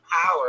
power